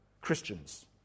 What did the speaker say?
Christians